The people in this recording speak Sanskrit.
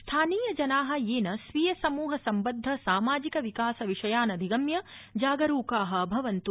स्थानीयजना येन स्वीय समूह सम्बद्ध सामाजिक विकास विषयानधिगम्य जागरूका भवन्त्